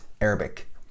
arabic